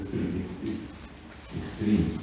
extreme